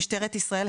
במשטרת ישראל,